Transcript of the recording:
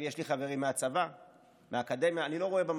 אני אדבר רגע על אנרכיסטים.